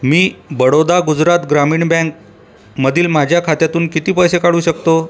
मी बडोदा गुजरात ग्रामीण बँकमधील माझ्या खात्यातून किती पैसे काढू शकतो